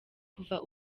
kuva